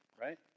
right